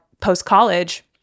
post-college